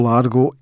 Largo